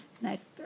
nice